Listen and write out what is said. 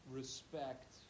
respect